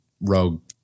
Rogue